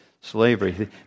slavery